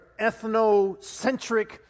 ethnocentric